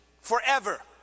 forever